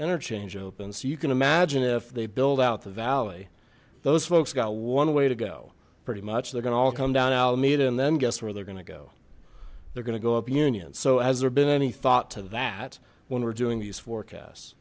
interchange opens so you can imagine if they build out the valley those folks got one way to go pretty much they're gonna all come down alameda and then guess where they're gonna go they're gonna go up union so has there been any thought to that when we're doing these forecasts